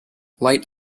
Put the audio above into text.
light